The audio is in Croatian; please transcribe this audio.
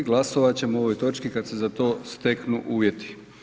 Glasovati ćemo o ovoj točki kada se za to steknu uvjeti.